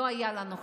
לא היה לנו חופש.